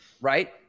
right